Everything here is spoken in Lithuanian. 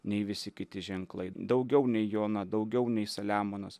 nei visi kiti ženklai daugiau nei jona daugiau nei saliamonas